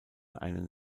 einen